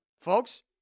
folks